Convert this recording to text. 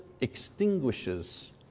extinguishes